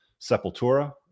Sepultura